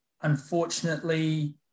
unfortunately